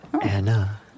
Anna